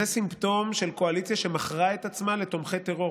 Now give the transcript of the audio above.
זה סימפטום של קואליציה שמכרה את עצמה לתומכי טרור,